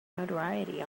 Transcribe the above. notoriety